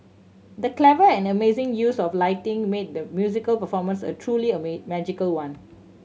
the clever and amazing use of lighting made the musical performance a truly a may magical one